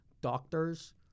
Doctors